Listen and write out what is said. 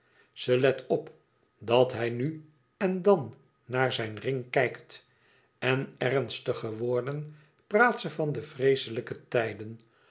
ze let op dat hij nu en dan naar zijn ring kijkt en ernstig geworden praat ze van de vreeslijke tijden